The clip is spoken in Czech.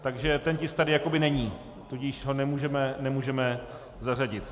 Takže ten tisk tady jakoby není, tudíž ho nemůžeme zařadit.